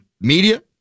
media